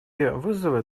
вызовы